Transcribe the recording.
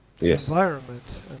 environment